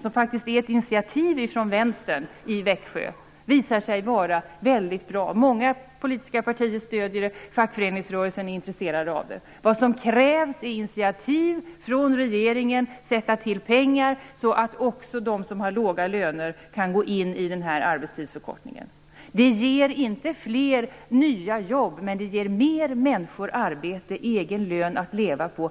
som faktiskt är ett initiativ från vänstern i Växjö, har visat sig vara väldigt bra. Många politiska partier stöder den och fackföreningsrörelsen är intresserad av den. Vad som krävs är initiativ från regeringen och tillskjutande av pengar så att också de som har låga löner kan omfattas av arbetstidsförkortningen. Det ger inte fler nya jobb, men det ger fler människor arbete och egen lön att leva på.